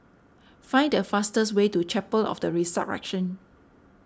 find the fastest way to Chapel of the Resurrection